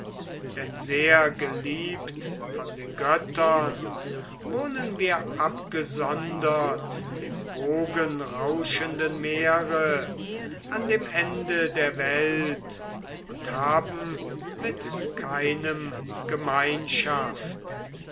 denn sehr geliebt von den göttern wohnen wir abgesondert im wogenrauschenden meere an dem ende der welt und haben mit keinem gemeinschaft